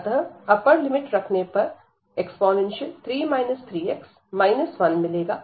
अतः upper limit रखने पर e3 3x 1 मिलेगा